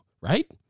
right